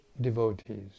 devotees